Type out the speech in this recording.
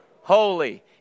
holy